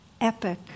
epic